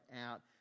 out